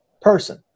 person